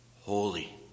holy